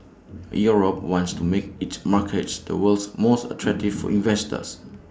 Europe wants to make its markets the world's most attractive for investors